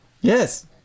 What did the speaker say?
Yes